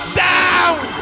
down